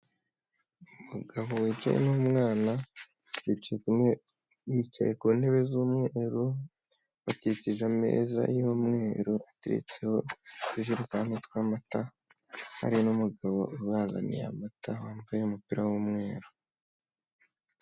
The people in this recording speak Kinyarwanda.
Umugabo wicaye n'umwana bicaye ku ntebe z'umweru bakikije ameza y'umweru ateretseho utujerekane tw'amata hari n'umugabo ubazaniye amata wambaye umupira w'umweru .